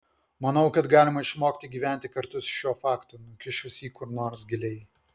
manau kad galima išmokti gyventi kartu su šiuo faktu nukišus jį kur nors giliai